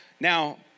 Now